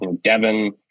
Devin